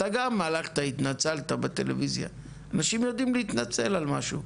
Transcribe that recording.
אתה גם הלכת והתנצלת בטלוויזיה; אנשים יודעים להתנצל על משהו.